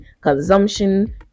consumption